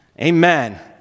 Amen